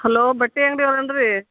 hello ಬಟ್ಟೆ ಅಂಗಡಿಯವ್ರನ್ರೀ